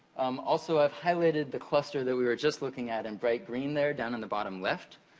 um also, i've highlighted the cluster that we were just looking at, in bright green there, down in the bottom left.